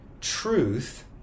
truth